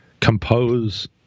compose